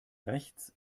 rechts